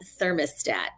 thermostat